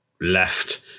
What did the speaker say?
left